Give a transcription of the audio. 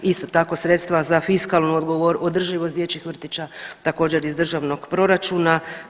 Isto tako sredstava za fiskalnu održivost dječjih vrtića također iz državnog proračuna.